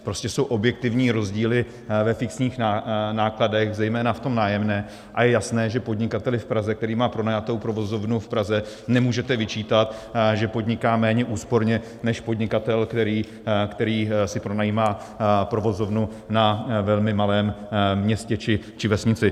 Prostě jsou objektivní rozdíly ve fixních nákladech, zejména v nájemném, a je jasné, že podnikateli v Praze, který má pronajatou provozovnu v Praze, nemůžete vyčítat, že podniká méně úsporně než podnikatel, který si pronajímá provozovnu na velmi malém městě či vesnici.